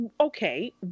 okay